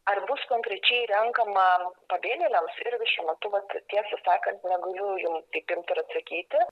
ar bus konkrečiai renkama pabėgėliams ir išmatuoti tiesą sakant negaliu jum taip imt ir atsakyti